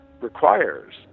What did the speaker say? requires